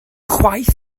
chwaith